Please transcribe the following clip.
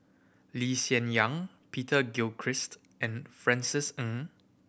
Lee Yang Peter Gilchrist and Francis Ng